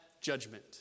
judgment